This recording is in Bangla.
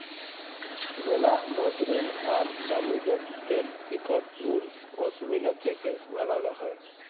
ম্যালা মসরিল আর দামি জ্যাত্যের ইকট উল পশমিলা থ্যাকে বালাল হ্যয়